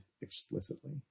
explicitly